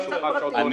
המשפטית.